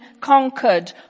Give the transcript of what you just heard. conquered